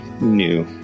new